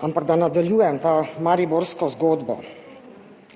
Ampak da nadaljujem to mariborsko zgodbo.